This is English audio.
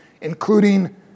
including